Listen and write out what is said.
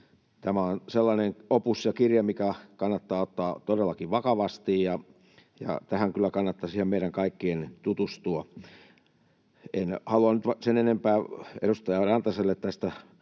tämä on sellainen opus tai kirja, mikä kannattaa ottaa todellakin vakavasti, ja tähän kyllä kannattaisi ihan meidän kaikkien tutustua. En halua sen enempää edustaja Rantaselle tästä